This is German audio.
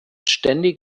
ständig